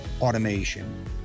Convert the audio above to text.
automation